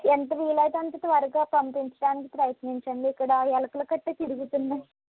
ఎంత వీలైతే అంత త్వరగా పంపించడానికి ప్రయత్నించండి ఇక్కడ ఎలకలు కట్ట తిరుగుతున్నాయి